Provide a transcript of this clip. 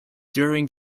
during